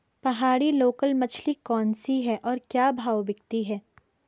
पहाड़ी लोकल मछली कौन सी है और क्या भाव बिकती है?